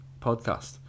podcast